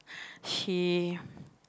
she